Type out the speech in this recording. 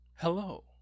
Hello